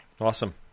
awesome